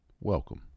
welcome